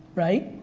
right?